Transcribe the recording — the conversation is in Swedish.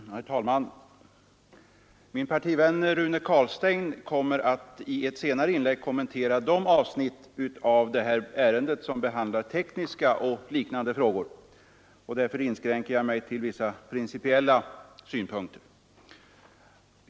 Herr talman! Min partivän Rune Carlstein kommer att i ett senare inlägg kommentera de avsnitt av det här ärendet som behandlar tekniska och liknande frågor. Därför inskränker jag mig till vissa principiella synpunkter.